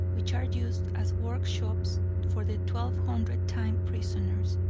which are used as workshops for the twelve hundred time prisoners,